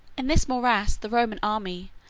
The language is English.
in this morass the roman army,